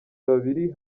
babiri